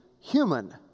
human